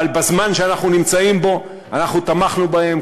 אבל בזמן שאנחנו נמצאים בו אנחנו תמכנו בהם,